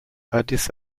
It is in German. addis